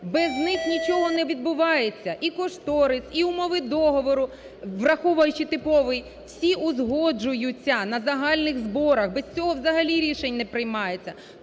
без них нічого не відбувається. І кошторис, і умови договору, враховуючи типовий, всі узгоджуються на загальних зборах, без цього взагалі рішень не приймається.